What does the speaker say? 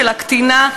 של הקטינה,